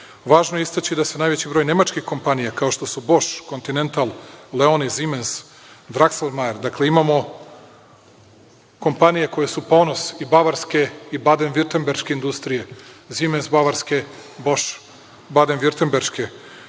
je istaći da se najveći broj nemačkih kompanija, kao što su Bosch, Continental, Leoni, Siemens, Draxlrmaier, imamo kompanije koje su ponos i Bavarske i Badenvirtengeške industrije. Siemens Bavarske, Bosch Badenvirtengeške.